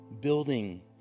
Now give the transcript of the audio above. building